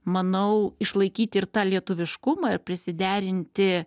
manau išlaikyt ir tą lietuviškumą ir prisiderinti